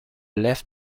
left